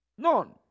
None